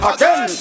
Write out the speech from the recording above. Again